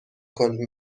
کنیم